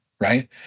right